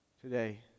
today